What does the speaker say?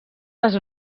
les